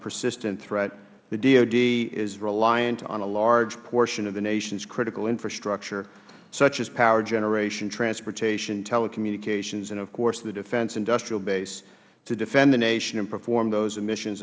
persistent threat the dod is reliant on a large portion of the nation's critical infrastructure such as power generation transportation telecommunications and of course the defense industrial base to defend the nation and perform those missions